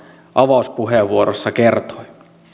avauspuheenvuorossa kertoi